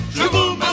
Shaboom